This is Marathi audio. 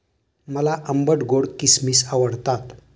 मला आंबट गोड किसमिस आवडतात